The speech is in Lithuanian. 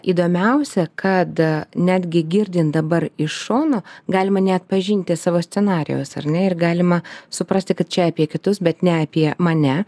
įdomiausia kad netgi girdint dabar iš šono galima neatpažinti savo scenarijaus ar ne ir galima suprasti kad čia apie kitus bet ne apie mane